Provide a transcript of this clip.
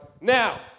Now